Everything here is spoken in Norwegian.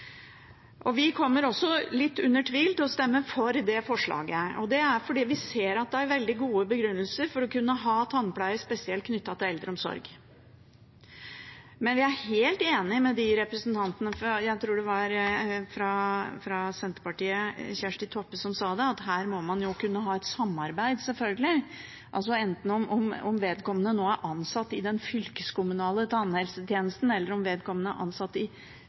kommunene. Vi kommer også – litt under tvil – til å stemme for det forslaget. Det er fordi vi ser at det er veldig gode begrunnelser for å ha tannpleie, spesielt knyttet til eldreomsorg. Men vi er helt enig med de representantene – jeg tror det var bl.a. Kjersti Toppe fra Senterpartiet – som sa at her må man selvfølgelig kunne ha et samarbeid. Om vedkommende er ansatt er i den fylkeskommunale tannhelsetjenesten, eller om vedkommende er ansatt i